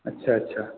अच्छा अच्छा